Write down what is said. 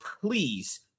Please